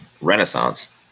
renaissance